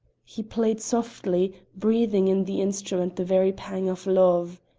he played softly, breathing in the instrument the very pang of love.